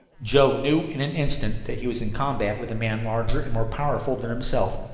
joe knew in an instant that he was in combat with a man larger and more powerful than himself,